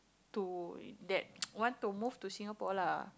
to that want to move to Singapore lah